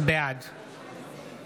בעד